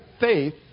faith